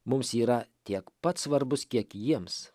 mums yra tiek pat svarbus kiek jiems